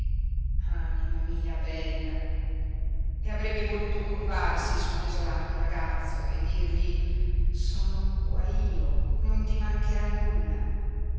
anima mia bella e avrebbe voluto curvarsi sul desolato ragazzo e dirgli sono qua io non ti mancherà nulla